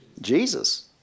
Jesus